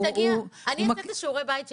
אני אעשה את שיעורי הבית שלי.